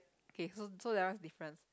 okay so so that one is difference